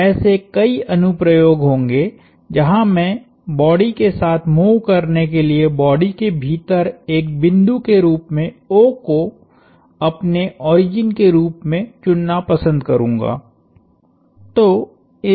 तो ऐसे कई अनुप्रयोग होंगे जहां मैं बॉडी के साथ मूव करने के लिए बॉडी के भीतर एक बिंदु के रूप में O को अपने ओरिजिन के रूप में चुनना पसंद करुंगा